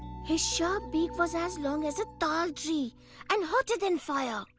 his sharp beak was as long as a tal tree and hotter than fire!